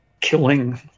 killing